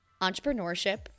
entrepreneurship